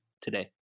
today